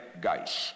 guys